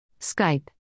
Skype